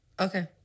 Okay